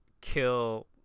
kill